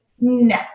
no